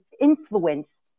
influence